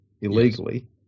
illegally